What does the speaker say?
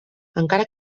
encara